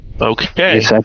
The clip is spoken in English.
okay